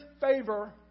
favor